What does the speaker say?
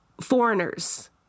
foreigners